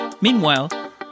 Meanwhile